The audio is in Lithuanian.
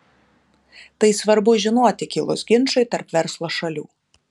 tai svarbu žinoti kilus ginčui tarp verslo šalių